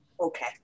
Okay